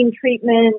treatment